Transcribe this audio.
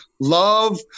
love